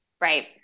Right